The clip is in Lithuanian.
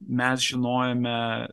mes žinojome